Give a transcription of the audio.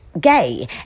gay